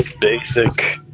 Basic